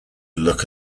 look